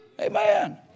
Amen